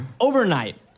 overnight